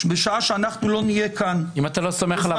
בשעה שאנחנו לא נהיה כאן --- אם אתה לא סומך עליו,